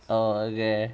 oh okay